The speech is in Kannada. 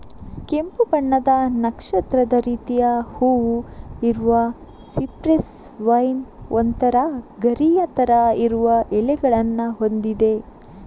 ಕೆಂಪು ಬಣ್ಣದ ನಕ್ಷತ್ರದ ರೀತಿಯ ಹೂವು ಇರುವ ಸಿಪ್ರೆಸ್ ವೈನ್ ಒಂತರ ಗರಿಯ ತರ ಇರುವ ಎಲೆಗಳನ್ನ ಹೊಂದಿದೆ